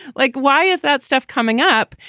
like, why is that stuff coming up?